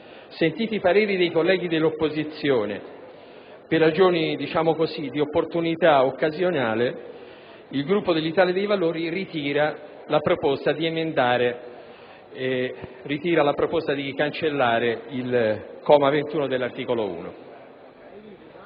sentiti i pareri dei colleghi dell'opposizione, per ragioni per così dire di opportunità occasionale, il Gruppo Italia dei Valori ritira la proposta tendente a sopprimere il comma 21 dell'articolo 1